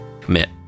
commit